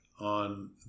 on